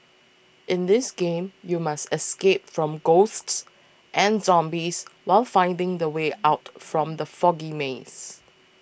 in this game you must escape from ghosts and zombies while finding the way out from the foggy maze